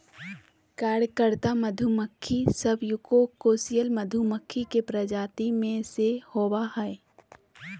कार्यकर्ता मधुमक्खी सब यूकोसियल मधुमक्खी के प्रजाति में से होबा हइ